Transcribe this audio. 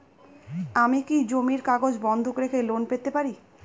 আমি কি জমির কাগজ বন্ধক রেখে লোন পেতে পারি?